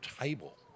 table